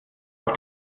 auf